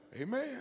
Amen